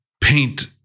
paint